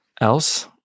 else